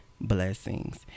Blessings